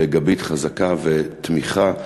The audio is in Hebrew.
גבית חזקה ותמיכה.